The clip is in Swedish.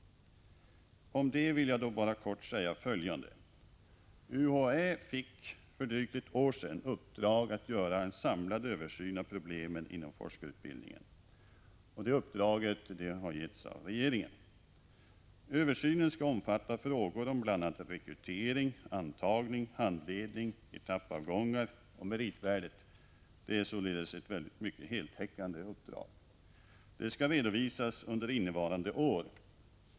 Om det vill jag bara kort säga följande: UHÄ fick för drygt ett år sedan i uppdrag att göra en samlad översyn av problemen inom forskarutbildningen. Det uppdraget har givits av regeringen. Översynen skall omfatta frågor om bl.a. rekrytering. antagning, handledning, etappavgångar och meritvärdet. Det är således ett heltäckande uppdrag. Det skall redovisas under innevarande år.